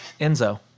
Enzo